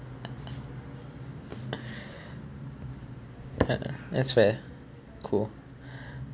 yup I swear cool